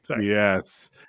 Yes